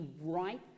right